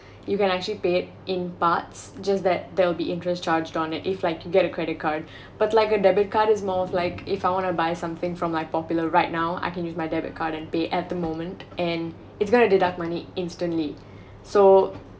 you can actually pay it in parts just that there will be interest charged on it if I can get a credit card but like a debit card is more of like if I want to buy something from the popular right now I can use my debit card then pay at the moment and it's going to deduct money instantly so